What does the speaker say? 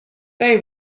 they